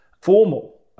formal